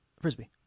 frisbee